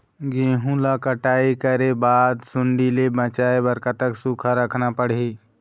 गेहूं ला कटाई करे बाद सुण्डी ले बचाए बर कतक सूखा रखना पड़ही?